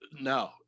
No